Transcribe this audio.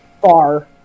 Far